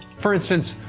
for instance,